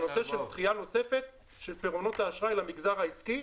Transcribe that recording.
זה נושא של דחיה נוספת של פירעונות האשראי למגזר העסקי,